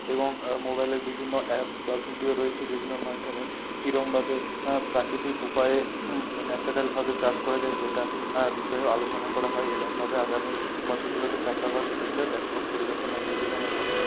এবং আর মোবাইলের বিভিন্ন অ্যাপস বা ভিডিও রয়েছে যেগুলোর মাধ্যমে কীরকমভাবে প্রাকৃতিক উপায়ে ন্যাচারালভাবে চাষ করা যায় সেটা বিষয়েও আলোচনা করা হয় এরকমভাবে আগামী বছরগুলোতে চাষ আবাদ শিল্পে ব্যাপক পরিবর্তন আসবে বলে আমার মনে হয়